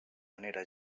manera